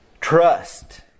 trust